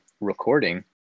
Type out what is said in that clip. recording